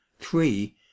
three